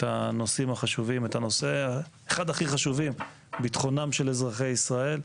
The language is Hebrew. הנושאים החשובים כמו ביטחון אזרחי ישראל,